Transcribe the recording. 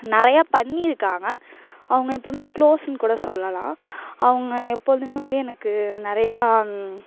நிறையா பண்ணியிருக்காங்க அவங்க எப்பவும் க்ளோஸ்ன்னு கூட சொல்லலாம் அவங்க எப்பொழுதும் வந்து எனக்கு நிறையா